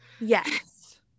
Yes